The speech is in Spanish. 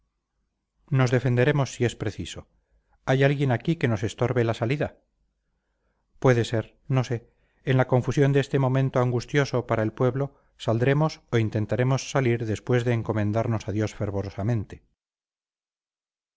nos defenderemos si es preciso hay alguien aquí que nos estorbe la salida puede ser no sé en la confusión de este momento angustioso para el pueblo saldremos o intentaremos salir después de encomendarnos a dios fervorosamente